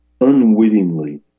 Unwittingly